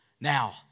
Now